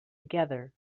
together